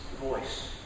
voice